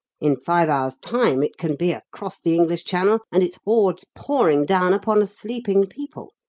in five hours' time it can be across the english channel, and its hordes pouring down upon a sleeping people.